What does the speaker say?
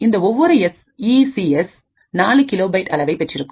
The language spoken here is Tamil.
இந்த ஒவ்வொருஎஸ் இ சி எஸ் நாலு கிலோ பைட் அளவை பெற்றிருக்கும்